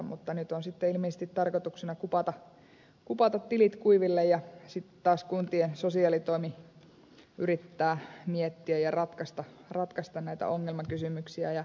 mutta nyt on sitten ilmeisesti tarkoituksena kupata tilit kuiville ja sitten taas kuntien sosiaalitoimi yrittää miettiä ja ratkaista näitä ongelmakysymyksiä